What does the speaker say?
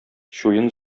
чуен